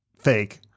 fake